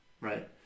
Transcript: Right